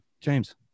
James